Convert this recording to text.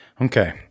Okay